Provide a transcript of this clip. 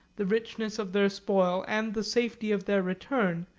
the richness of their spoil and the safety of their return,